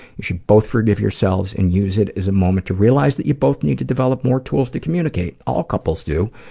you should both forgive yourselves and use it as a moment to realize that you both need to develop more tools to communicate. all couples do,